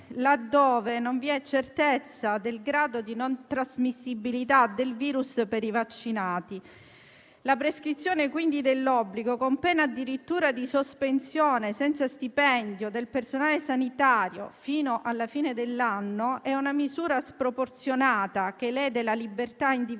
laddove non vi è certezza del grado di non trasmissibilità del virus per i vaccinati. La prescrizione quindi dell'obbligo, con pena addirittura di sospensione senza stipendio, del personale sanitario fino alla fine dell'anno è una misura sproporzionata che lede la libertà individuale